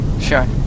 Sure